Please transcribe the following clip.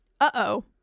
Uh-oh